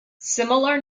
similar